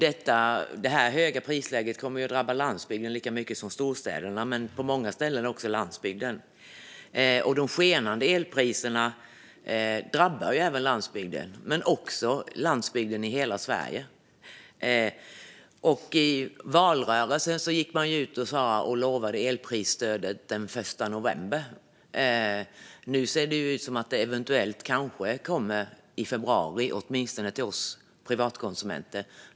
Detta höga prisläge kommer att drabba landsbygden lika mycket som storstäderna. De skenande elpriserna drabbar landsbygden i hela Sverige. I valrörelsen gick man ut och lovade ett elprisstöd till den 1 november. Nu ser det ut som att det eventuellt kommer i februari, åtminstone till oss privatkonsumenter.